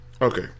Okay